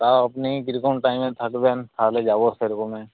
তাও আপনি কীরকম টাইমে থাকবেন তাহলে যাবো সেরকমে